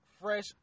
fresh